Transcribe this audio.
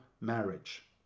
marriage